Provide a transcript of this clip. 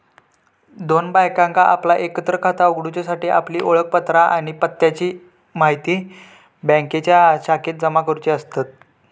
दोन बायकांका आपला एकत्र खाता उघडूच्यासाठी आपली ओळखपत्रा आणि पत्त्याची म्हायती बँकेच्या शाखेत जमा करुची असतत